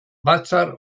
batzar